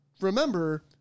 remember